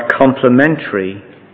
complementary